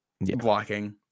blocking